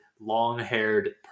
long-haired